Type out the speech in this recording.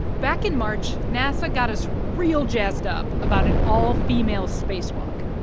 back in march, nasa got us real jazzed up about an all-female spacewalk.